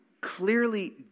clearly